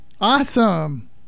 awesome